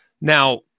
Now